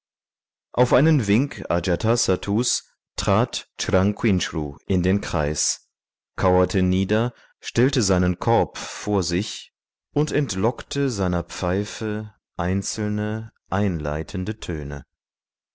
auf einen wink ajatasattus trat chranquinchru in den kreis kauerte nieder stellte seinen korb von sich und entlockte seiner pfeife einzelne einleitende töne